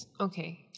Okay